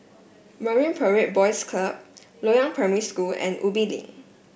Marine Parade Boys Club Loyang Primary School and Ubi Link